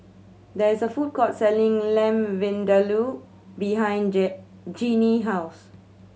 there is a food court selling Lamb Vindaloo behind J Jeanine house